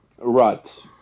Right